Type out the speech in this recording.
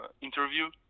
interview